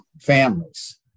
families